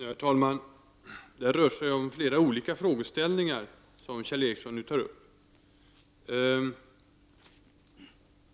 Herr talman! Kjell Ericsson berör flera olika frågeställningar.